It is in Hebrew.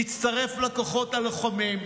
הצטרף לכוחות הלוחמים,